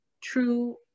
true